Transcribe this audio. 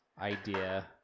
idea